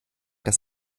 dass